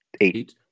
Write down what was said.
Eight